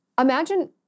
Imagine